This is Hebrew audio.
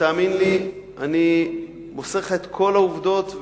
תאמין לי שאני מוסר לך את כל העובדות,